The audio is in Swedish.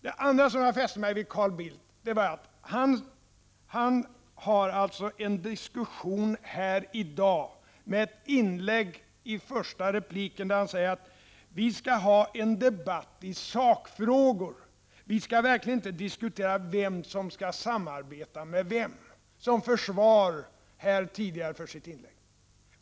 Det andra som jag fäste mig vid var att Carl Bildt i diskussionen här i dag i sin första replik sade att vi skall föra en debatt i sakfrågor; vi skall verkligen inte diskutera vem som skall samarbeta med vem — detta som försvar för sitt tidigare inlägg.